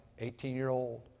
18-year-old